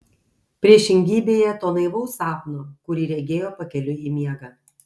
priešingybėje to naivaus sapno kurį regėjo pakeliui į miegą